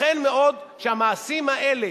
ייתכן מאוד, שהמעשים האלה,